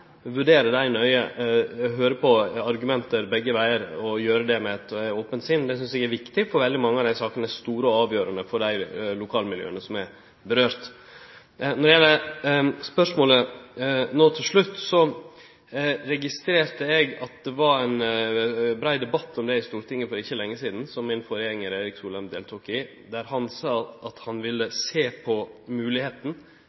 vurdere dei nøye og høyre på argument begge vegar, og gjere det med eit ope sinn. Det synest eg er viktig, for veldig mange av dei sakene er store og avgjerande for dei lokalmiljøa det gjeld. Når det gjeld spørsmålet no til slutt, registrerte eg at det var ein brei debatt om det i Stortinget for ikkje lenge sidan, som forgjengaren min, Erik Solheim, deltok i, der han sa at han